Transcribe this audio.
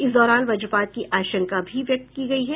इस दौरान वज्रपात की आशंका भी व्यक्त की गयी है